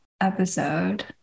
episode